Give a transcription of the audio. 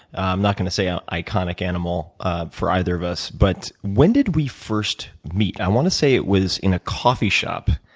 i'm not going to say ah iconic animal ah for either of us, but when did we first meet? i want to say it was in a coffee shop.